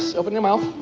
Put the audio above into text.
so open your mouth.